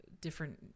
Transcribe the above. different